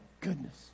goodness